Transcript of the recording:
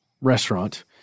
restaurant